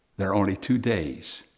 there are only two days,